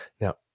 Now